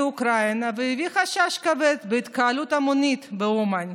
אוקראינה והביע חשש כבד מהתקהלות המונית באומן.